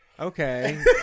Okay